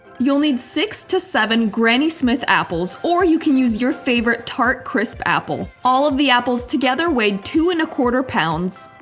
you'll need six to seven granny smith apples or you can use your favorite tart crisp apple. all of the apples together weighed two and a quarter pounds.